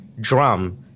drum